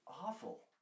Awful